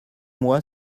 moi